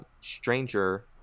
Stranger